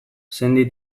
sendi